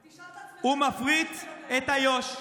תשאל את עצמך, יודע, הוא מפריט את איו"ש.